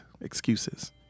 excuses